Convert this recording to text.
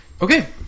Okay